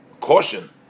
caution